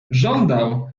żądał